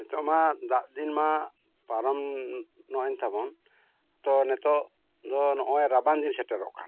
ᱱᱤᱛᱳᱜ ᱢᱟ ᱫᱟᱜ ᱫᱤᱱ ᱢᱟ ᱯᱟᱨᱚᱢ ᱧᱚᱜᱮᱱ ᱛᱟᱵᱚᱱ ᱛᱚ ᱱᱤᱛᱳᱜ ᱫᱚ ᱱᱚᱜᱼᱚᱭ ᱨᱟᱵᱟᱝ ᱫᱤᱱ ᱥᱮᱴᱮᱨᱚᱜ ᱠᱟᱱ